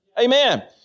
Amen